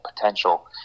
potential